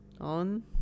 on